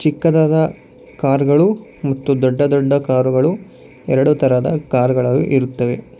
ಚಿಕ್ಕದಾದ ಕಾರ್ಗಳು ಮತ್ತು ದೊಡ್ಡ ದೊಡ್ಡ ಕಾರುಗಳು ಎರಡು ಥರದ ಕಾರ್ಗಳು ಇರುತ್ತವೆ